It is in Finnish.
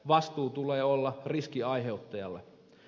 vastuun tulee olla riskin aiheuttajalla